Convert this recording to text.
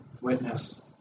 witness